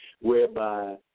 whereby